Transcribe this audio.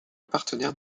partenaire